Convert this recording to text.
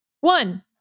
One